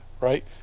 Right